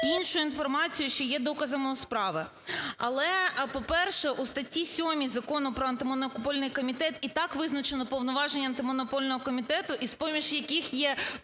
іншу інформацію, що є доказами у справі. Але, по-перше, у статті 7 Закону "Про Антимонопольний комітет" і так визначено повноваження Антимонопольного комітету, і з-поміж яких є